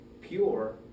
pure